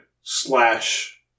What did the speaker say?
slash